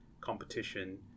competition